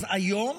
אז היום